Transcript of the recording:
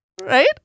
Right